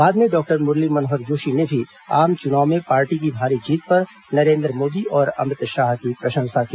बाद में डॉक्टर मुरली मनोहर जोशी ने भी आम चुनाव में पार्टी की भारी जीत पर नरेन्द्र मोदी और अमित शाह की प्रशंसा की